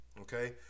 okay